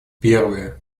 первая